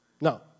No